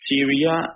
Syria